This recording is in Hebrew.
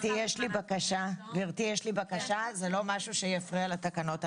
גברתי, יש לי בקשה שלא תפריע לתקנות.